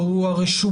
או הוא הרשומה.